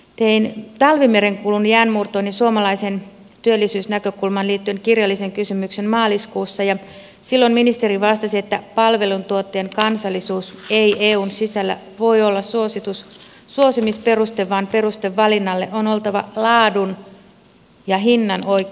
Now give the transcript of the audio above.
tein talvimerenkulun jäänmurtoon ja suomalaiseen työllisyysnäkökulmaan liittyen kirjallisen kysymyksen maaliskuussa ja silloin ministeri vastasi että palveluntuottajan kansallisuus ei eun sisällä voi olla suosimisperuste vaan perusteen valinnalle on oltava laadun ja hinnan oikea suhde